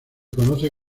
conoce